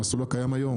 המסלול הקיים היום.